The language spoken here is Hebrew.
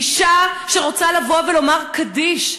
אישה שרוצה לבוא ולומר קדיש,